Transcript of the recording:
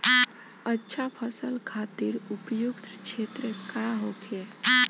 अच्छा फसल खातिर उपयुक्त क्षेत्र का होखे?